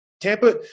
Tampa